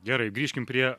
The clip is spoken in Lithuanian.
gerai grįžkim prie